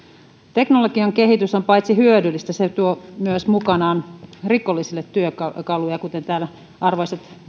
teknologian kehitys paitsi että se on hyödyllistä myös tuo mukanaan rikollisille työkaluja kuten arvoisat